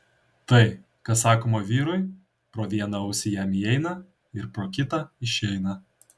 tai kas sakoma vyrui pro vieną ausį jam įeina ir pro kitą išeina